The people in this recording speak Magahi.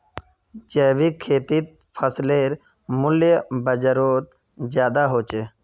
जैविक खेतीर फसलेर मूल्य बजारोत ज्यादा होचे